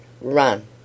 run